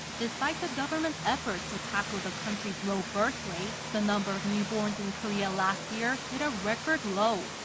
despite the government's efforts to tackle the country's low birth rate, the number of newborns in korea last year hit a record low.